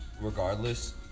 Regardless